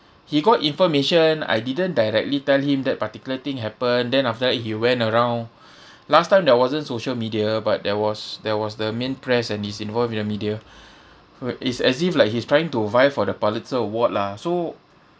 he got information I didn't directly tell him that particular thing happen then after that he went around last time there wasn't social media but there was there was the main press and he's involved in the media so is as if like he's trying to vie for the pulitzer award lah so